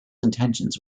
intentions